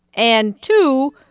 and two,